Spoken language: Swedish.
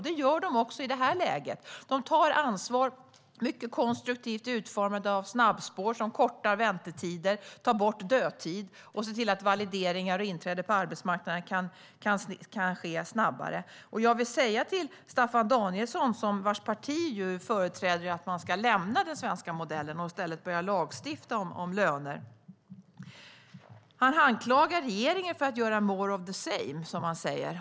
Det gör de också i detta läge. De tar ansvar. Det handlar om mycket konstruktivt utformade snabbspår som kortar väntetider, tar bort dödtid och ser till att valideringar och inträde på arbetsmarknaden kan ske snabbare. Jag vill säga något till Staffan Danielsson, vars parti företräder att man ska lämna den svenska modellen och i stället börja lagstifta om löner. Han anklagar regeringen för att göra more of the same, som han säger.